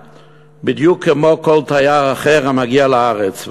בדיוק כמו כל תייר אחר המגיע לארץ,